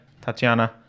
Tatiana